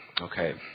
Okay